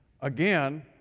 again